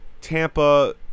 Tampa